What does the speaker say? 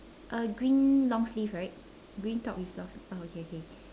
uh green long sleeve right green top with long sleeve oh okay okay